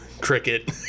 cricket